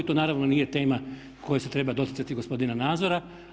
To naravno nije tema koja se treba doticati gospodina Nazora.